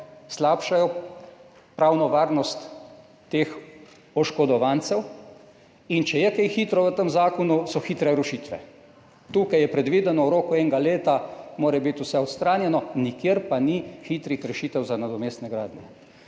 slabšajo pravno varnost teh oškodovancev. Če je kaj hitro v tem zakonu, so hitre rušitve. Tukaj je predvideno, v roku enega leta mora biti vse odstranjeno, nikjer pa ni hitrih rešitev za nadomestne gradnje.